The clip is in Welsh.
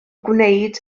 gwneud